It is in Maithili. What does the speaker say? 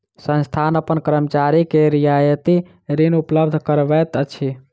संस्थान अपन कर्मचारी के रियायती ऋण उपलब्ध करबैत अछि